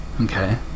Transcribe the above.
okay